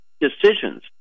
decisions